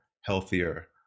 healthier